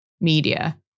media